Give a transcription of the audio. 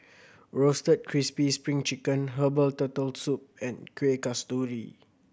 Roasted Crispy Spring Chicken herbal Turtle Soup and Kueh Kasturi